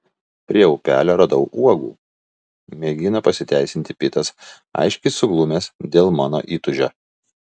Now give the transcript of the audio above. prie upelio radau uogų mėgina pasiteisinti pitas aiškiai suglumęs dėl mano įtūžio